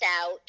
out